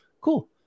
cool